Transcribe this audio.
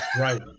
right